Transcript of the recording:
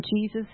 Jesus